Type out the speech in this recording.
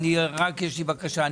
יש לי בקשה,